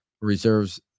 reserves